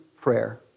prayer